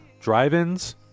drive-ins